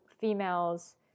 females